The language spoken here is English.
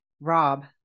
Rob